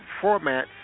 format